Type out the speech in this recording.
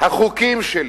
החוקים שלי,